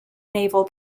naval